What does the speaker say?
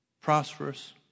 Prosperous